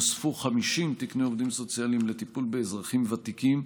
נוספו 50 תקני עובדים סוציאליים לטיפול באזרחים ותיקים,